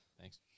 Thanks